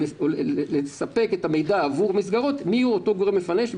או לספק מידע עבור מסגרות, מי הוא הגורם המפנה.